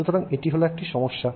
সুতরাং এটি হল একটি সমস্যা